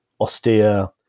austere